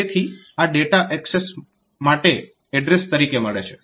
તેથી આ data access માટે એડ્રેસ તરીકે મળે છે